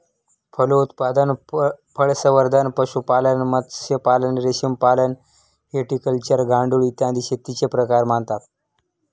फलोत्पादन, फळसंवर्धन, पशुपालन, मत्स्यपालन, रेशीमपालन, व्हिटिकल्चर, गांडूळ, इत्यादी शेतीचे प्रकार मानतात